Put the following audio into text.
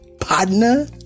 partner